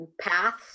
paths